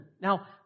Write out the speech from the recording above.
Now